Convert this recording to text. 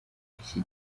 iki